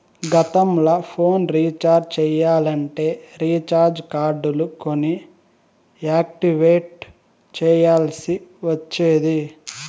గతంల phone recharge చెయ్యాలంటే recharge కార్డులు కొని యాక్టివేట్ చెయ్యాల్ల్సి ఒచ్చేది